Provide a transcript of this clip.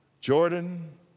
Jordan